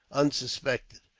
unsuspected.